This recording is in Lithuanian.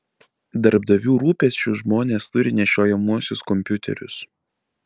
darbdavių rūpesčiu žmonės turi nešiojamuosius kompiuterius